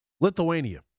Lithuania